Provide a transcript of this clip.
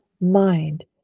mind